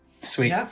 Sweet